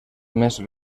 més